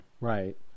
Right